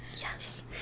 Yes